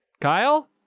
Kyle